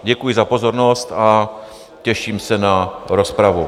Děkuji za pozornost a těším se na rozpravu.